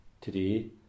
today